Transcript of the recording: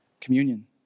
Communion